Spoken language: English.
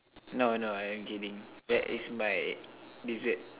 no no I am kidding that is my dessert